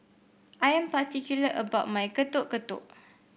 I am particular about my Getuk Getuk